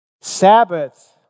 Sabbath